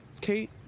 Kate